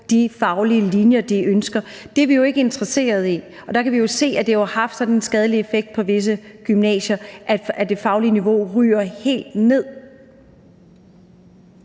de faglige linjer, de ønsker. Det er vi jo ikke interesserede i. Der kan vi jo se, at det har haft sådan en skadelig effekt på visse gymnasier, at det faglige niveau ryger helt ned.